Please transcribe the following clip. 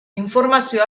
informazio